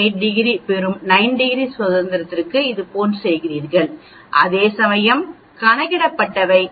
8 degree பெறும் 9 degree சுதந்திரத்திற்கு இதுபோன்று செய்கிறீர்கள் அதேசமயம் கணக்கிடப்பட்டவை 0